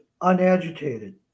unagitated